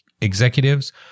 executives